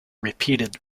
repeated